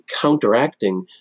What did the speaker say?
counteracting